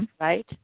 Right